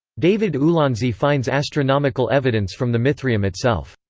david ulansey finds astronomical evidence from the mithraeum itself.